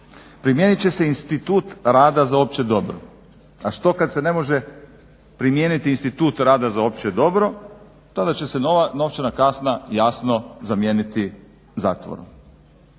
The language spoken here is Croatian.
Primijenit će se institut rada za opće dobro. A što kad se ne može primijeniti institut rada za opće dobro? Tada će se nova novčana kazna jasno zamijeniti zatvorom.